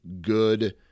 good